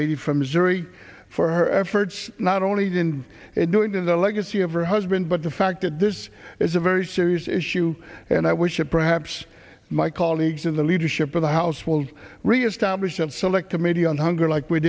lady from missouri for her efforts not only didn't it doing to the legacy of her husband but the fact that this is a very serious issue and i wish it perhaps my colleagues in the leadership of the house will reestablish a select committee on hunger like we